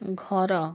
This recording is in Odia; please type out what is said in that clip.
ଘର